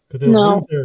No